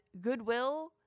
goodwill